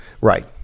Right